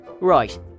Right